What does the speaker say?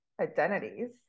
identities